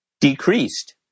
decreased